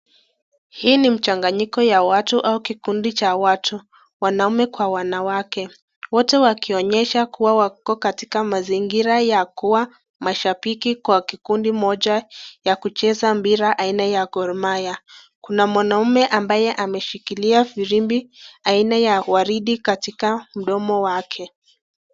Hii ni mchaangamko ya watu au kikundi cha watu. Wanaume kwa wanawake. wote wakionyesha kuwa wako katika mazingira ya kuwa mashabiki kwa kikundi moja ya kucheza mpira aina ya Gor Mahia. Kuna mwanaume ambaye ameshikilia firimbi aina ya waridi katika mdomo wake.